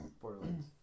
Borderlands